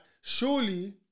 surely